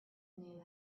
knew